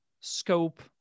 scope